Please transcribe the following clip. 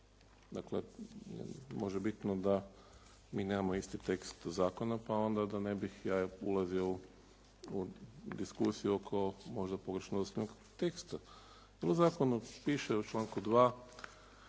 Dakle, možebitno da mi nemamo isti tekst zakona pa onda da ne bi onda ja ulazio u diskusiju oko možda pogrešno …/Govornik se ne razumije./… teksta jer u zakonu piše u članku 2.